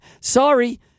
Sorry